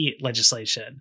legislation